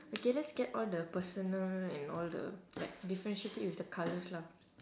okay let's get all the personal and all the like differentiate it with the colours lah